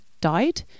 died